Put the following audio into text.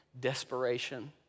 desperation